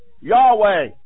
Yahweh